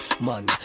Man